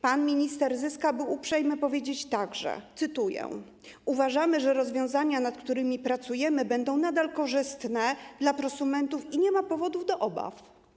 Pan minister Zyska był uprzejmy powiedzieć także, cytuję: Uważamy, że rozwiązania, nad którymi pracujemy, będą nadal korzystne dla prosumentów, i nie ma powodów do obaw.